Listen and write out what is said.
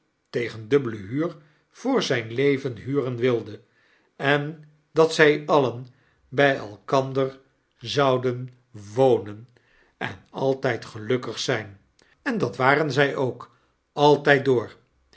tegen dubbele buur voor zjjn leven huren wilde en dat zij alien by elkander zouden m juffrouw lirriper's legaat wonen en altyd gelukkig zy'n en dat waren zij ook altyd door